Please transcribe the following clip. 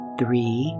three